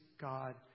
God